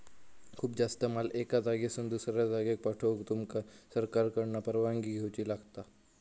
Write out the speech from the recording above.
खूप जास्त माल एका जागेसून दुसऱ्या जागेक पाठवूक तुमका सरकारकडना परवानगी घेऊची लागात